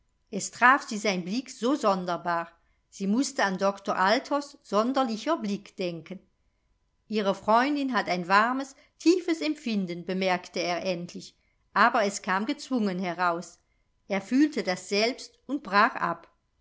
es traf sie sein blick so sonderbar sie mußte an doktor althoffs sonderlicher blick denken ihre freundin hat ein warmes tiefes empfinden bemerkte er endlich aber es kam gezwungen heraus er fühlte das selbst und brach ab